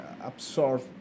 absorb